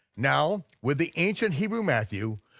now, with the ancient hebrew matthew,